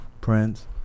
Prince